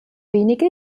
wenige